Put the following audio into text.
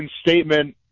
statement